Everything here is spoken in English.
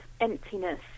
emptiness